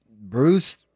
Bruce